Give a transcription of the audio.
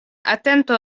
atento